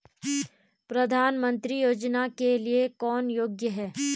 प्रधानमंत्री योजना के लिए कौन योग्य है?